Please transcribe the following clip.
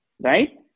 right